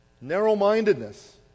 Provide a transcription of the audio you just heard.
Narrow-mindedness